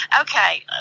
Okay